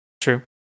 True